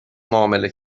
معامله